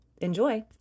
Enjoy